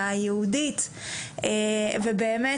היהודית ובאמת,